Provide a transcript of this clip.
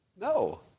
No